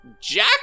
Jack